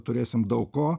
turėsim daug ko